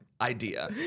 idea